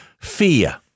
fear